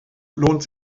lohnt